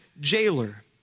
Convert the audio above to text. jailer